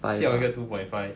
掉一个 two point five